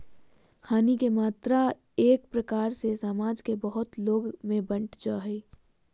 हानि के मात्रा एक प्रकार से समाज के बहुत लोग में बंट जा हइ